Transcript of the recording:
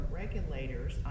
regulators